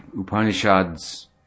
Upanishads